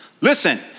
Listen